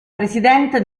presidente